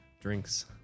drinks